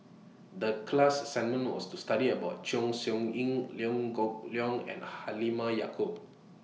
The class assignment was to study about Chong Siew Ying Liew Geok Leong and Halimah Yacob